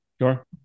Sure